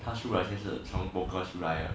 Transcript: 他输的钱是从 poker 输来的